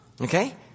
Okay